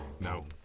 no